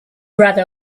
rather